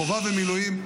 חובה ומילואים,